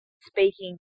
speaking